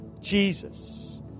Jesus